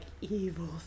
evil